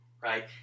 Right